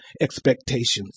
expectations